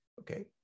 Okay